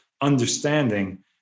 understanding